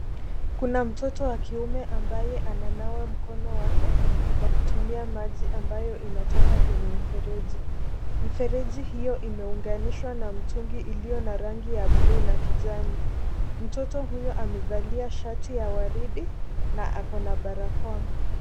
Kuna mtoto wa kiume ambaye ananawa mkono wake kwa kutumia maji ambayo inatoka kwenye mfereji. Mfereji hio imeunganishwa na mtungi iliyo na rangi ya bluu na kijani. Mtoto huyu amevalia shati ya waridi na ako na barakoa.